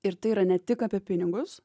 ir tai yra ne tik apie pinigus